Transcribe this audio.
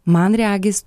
man regis